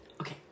Okay